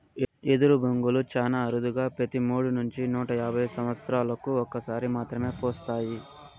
ఎదరు బొంగులు చానా అరుదుగా పెతి మూడు నుంచి నూట యాభై సమత్సరాలకు ఒక సారి మాత్రమే పూస్తాయి